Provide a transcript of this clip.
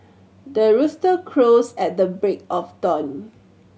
the rooster crows at the break of dawn